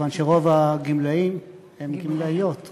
כיוון שרוב הגמלאים הם גמלאיות,